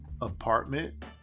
apartment